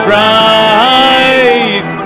right